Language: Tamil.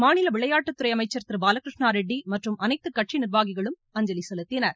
மாநில விளையாட்டுத்துறை அமைச்சர் திரு பாலகிருஷ்ணா ரெட்டி மற்றும் அனைத்துகட்சி நிர்வாகிகளும் அஞ்சலி செலுத்தினர்